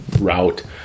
route